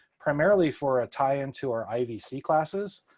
primarily for a tie into our ivc classes,